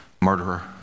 murderer